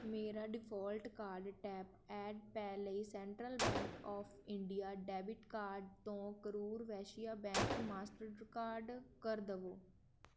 ਮੇਰਾ default card tap and pay ਲਈ central bank of India debit card ਤੋਂ Karur Vysya bank Mastercard ਕਰ ਦਵੋ